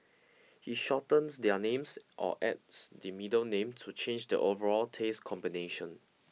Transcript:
he shortens their names or adds the middle name to change the overall taste combination